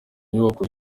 inyubako